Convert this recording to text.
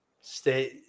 Stay